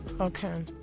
Okay